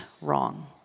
wrong